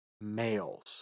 males